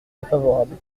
défavorable